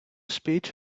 speech